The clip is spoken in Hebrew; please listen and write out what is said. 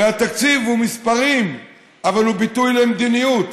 הרי התקציב הוא מספרים אבל הוא ביטוי למדיניות.